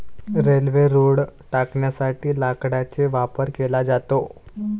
railway रुळ टाकण्यासाठी लाकडाचा वापर केला जातो